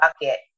bucket